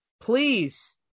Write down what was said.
please